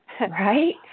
Right